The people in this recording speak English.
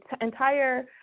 entire